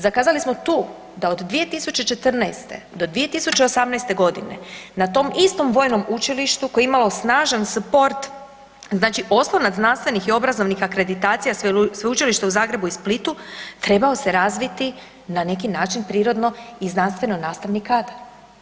Zakazali smo tu da od 2014. do 2018.g. na tom istom vojnom učilištu koje je imalo snažan suport znači osnova znanstvenih i obrazovanih akreditacija Sveučilišta u Zagrebu i Splitu trebao se razviti na neki način prirodno i znanstveno nastavni kadar.